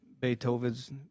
Beethoven's